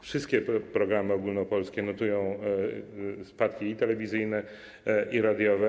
Wszystkie programy ogólnopolskie notują spadki, i telewizyjne, i radiowe.